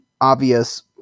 obvious